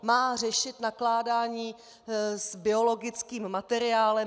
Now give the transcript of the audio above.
Má řešit nakládání s biologickým materiálem.